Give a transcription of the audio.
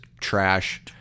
trash